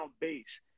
base